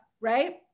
right